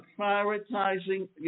prioritizing